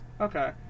okay